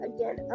Again